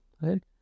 right